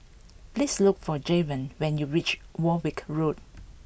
please look for Jevon when you reach Warwick Road